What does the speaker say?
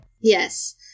yes